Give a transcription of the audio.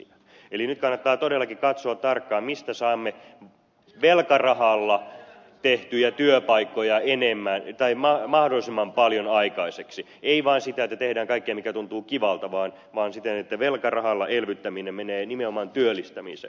eli nyt kannattaa todellakin katsoa tarkkaan mistä saamme velkarahalla tehtyjä työpaikkoja mahdollisimman paljon aikaiseksi ei vain sitä että tehdään kaikkea mikä tuntuu kivalta vaan siten että velkarahalla elvyttäminen menee nimenomaan työllistämiseen